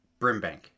Brimbank